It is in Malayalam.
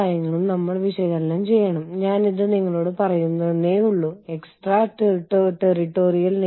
അതിലെ ചില വെല്ലുവിളികൾ ഒന്ന് എച്ച്ആർ പ്രവർത്തനത്തിനുള്ളിൽ ഒരു ആഗോള മാനസികാവസ്ഥ വികസിപ്പിക്കുക എന്നതാണ്